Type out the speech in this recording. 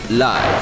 Live